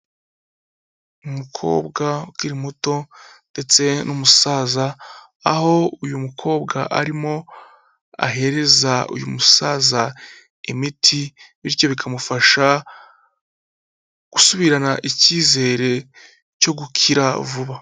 Umukobwa ukiri muto ndetse n'umusaza aho uyu mukobwa arimo ahereza uyu musaza imiti, bityo bikamufasha gusubirana ikizere cyo gukira vuba.